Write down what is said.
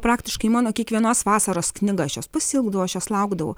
praktiškai mano kiekvienos vasaros knyga aš jos pasiilgdavau aš jos laukdavau